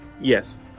Yes